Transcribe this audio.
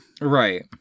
Right